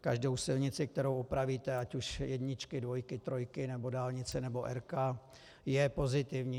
Každou silnici, kterou opravíte, ať už jedničky, dvojky, trojky nebo dálnice nebo R, je pozitivní.